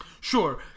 sure